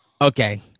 Okay